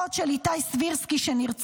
אחות של איתי סבירסקי שנרצח,